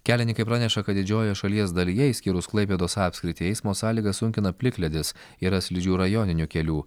kelininkai praneša kad didžiojoje šalies dalyje išskyrus klaipėdos apskritį eismo sąlygas sunkina plikledis yra slidžių rajoninių kelių